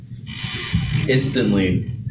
instantly